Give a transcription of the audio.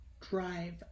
drive